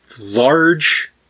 large